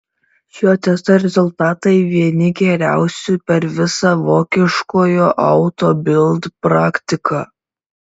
šio testo rezultatai vieni geriausių per visą vokiškojo auto bild praktiką